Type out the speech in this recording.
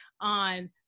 on